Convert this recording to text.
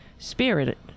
Spirit